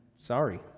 Sorry